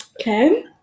Okay